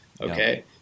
Okay